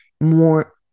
more